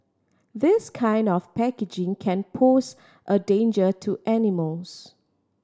this kind of packaging can pose a danger to animals